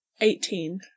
Eighteen